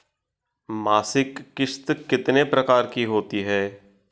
मासिक किश्त कितने प्रकार की होती है?